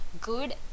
good